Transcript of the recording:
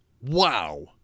Wow